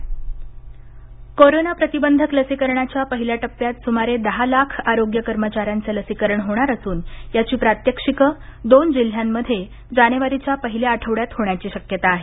Mumbai corona प्रतिबंध लसीकरणाच्या पहिल्या टप्प्यात सुमारे दहा लाख आरोग्य कर्मचाऱ्यांचे लसीकरण होणार असून याची प्रात्यक्षिके दोन जिल्ह्यांमध्ये जानेवारीच्या पहिल्या आठवडय़ात होण्याची शक्यता आहे